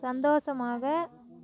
சந்தோஷமாக